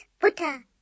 Butter